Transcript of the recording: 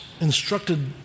instructed